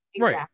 Right